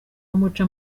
amuca